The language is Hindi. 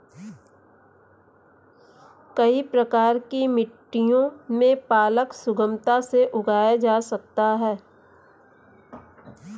कई प्रकार की मिट्टियों में पालक सुगमता से उगाया जा सकता है